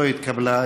לא התקבלה.